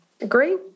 Agree